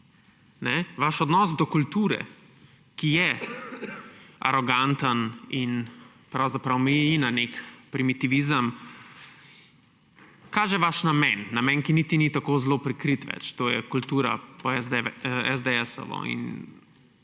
vaš odnos do kulture, ki je aroganten in pravzaprav meji na nek primitivizem, kaže vaš namen, namen, ki niti ni več tako zelo prikrit, to je kultura po esdeesovo in